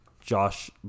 Josh